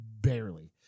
barely